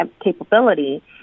capability